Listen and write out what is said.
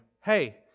hey